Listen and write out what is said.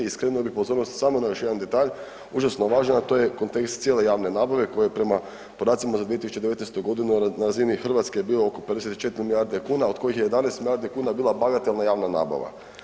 I skrenuo bi pozornost samo na još jedan detalj užasno važan, a to je kontekst cijele javne nabave koje prema podacima za 2019.g. na razini Hrvatske je bio oko 54 milijarde kuna, od kojih je 11 milijardi kuna bila bagatelna javna nabava.